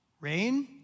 Rain